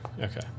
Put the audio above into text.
okay